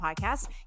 podcast